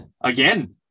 again